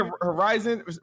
Horizon